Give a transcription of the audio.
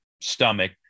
stomach